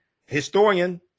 historian